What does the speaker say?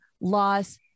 loss